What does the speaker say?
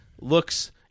looks